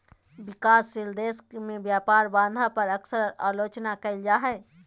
विकासशील देश में व्यापार बाधा पर अक्सर आलोचना कइल जा हइ